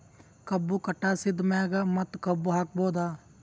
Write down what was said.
ಕಬ್ಬು ಕಟಾಸಿದ್ ಮ್ಯಾಗ ಮತ್ತ ಕಬ್ಬು ಹಾಕಬಹುದಾ?